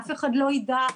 אף אחד לא ידע,